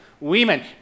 women